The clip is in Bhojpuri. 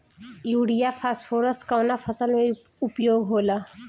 युरिया फास्फोरस कवना फ़सल में उपयोग होला?